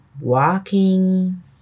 walking